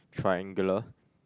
triangular